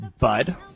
bud